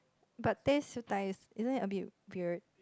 but ten siew-dai its isn't it a bit weird